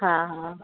हा हा